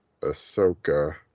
Ahsoka